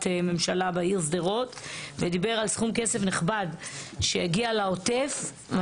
ממשלה בעיר שדרות ודיבר על סכום כסף נכבד שיגיע לעוטף.